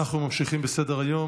אנחנו ממשיכים בסדר-היום,